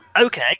Okay